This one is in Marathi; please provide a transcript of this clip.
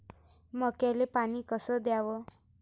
मक्याले पानी कस द्याव?